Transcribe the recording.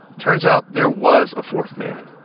turns out, there was a fourth man.